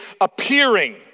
appearing